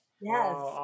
Yes